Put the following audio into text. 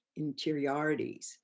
interiorities